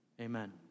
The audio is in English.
Amen